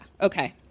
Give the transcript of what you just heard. Okay